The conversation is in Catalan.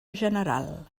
general